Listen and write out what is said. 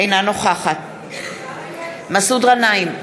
אינה נוכחת מסעוד גנאים,